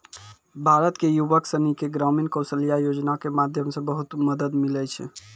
भारत के युवक सनी के ग्रामीण कौशल्या योजना के माध्यम से बहुत मदद मिलै छै